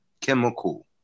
chemical